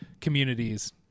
communities